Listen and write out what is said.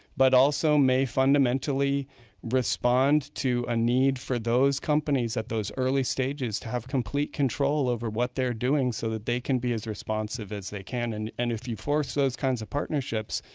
but also may fundamentally respond to a need for those companies at those early stages to have complete control over what they're doing so they can be as responsive as they can. and and if you force those kinds of partnerships,